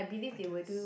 I guess